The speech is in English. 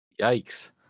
Yikes